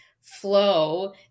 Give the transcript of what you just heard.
flow